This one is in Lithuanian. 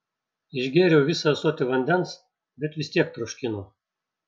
išgėriau visą ąsotį vandens bet vis tiek troškino